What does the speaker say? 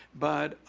but,